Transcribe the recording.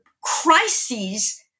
crises